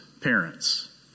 parents